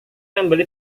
membeli